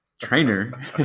trainer